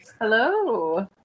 Hello